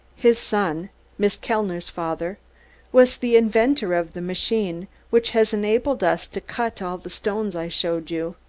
his son miss kellner's father was the inventor of the machine which has enabled us to cut all the stones i showed you.